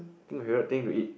think my favourite thing to eat